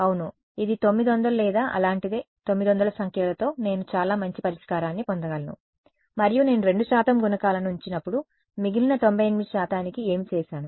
అవును ఇది 900 లేదా అలాంటిదే 900 సంఖ్యలతో నేను చాలా మంచి పరిష్కారాన్ని పొందగలను మరియు నేను 2 శాతం గుణకాలను ఉంచినప్పుడు మిగిలిన 98 శాతానికి ఏమి చేశాను